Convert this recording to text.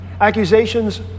Accusations